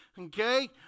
okay